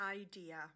idea